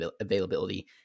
availability